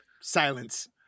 silence